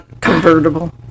convertible